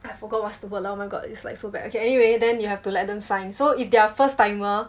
I forgot what's the word lah oh my god it's like so bad okay anyway then you have to let them sign so if they are first timer